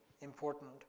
important